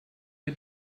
wir